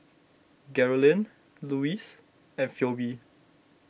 Geralyn Luis and Pheobe